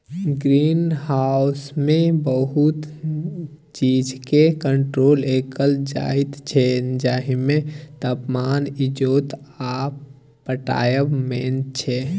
green हाउसमे बहुत चीजकेँ कंट्रोल कएल जाइत छै जाहिमे तापमान, इजोत आ पटाएब मेन छै